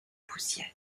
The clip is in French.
poussière